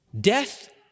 death